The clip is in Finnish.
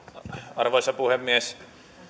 arvoisa puhemies